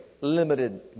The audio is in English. limited